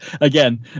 again